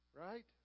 Right